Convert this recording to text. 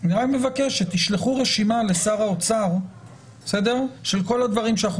אני רק מבקש שתשלחו רשימה לשר האוצר של כל הדברים שאנחנו